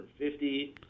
150